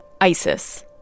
ISIS